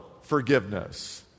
forgiveness